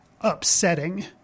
upsetting